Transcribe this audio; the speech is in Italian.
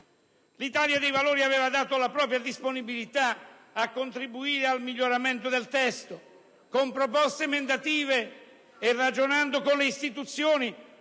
L'Italia dei Valori aveva dato la propria disponibilità a contribuire al miglioramento del testo, con proposte emendative e ragionando con i